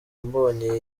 ambonye